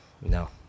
no